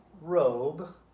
robe